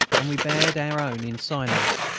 and we bared our own in silence.